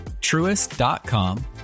truest.com